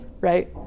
right